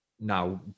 now